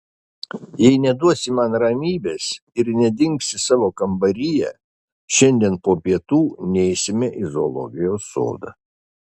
jei neduosi man ramybės ir nedingsi savo kambaryje šiandien po pietų neisime į zoologijos sodą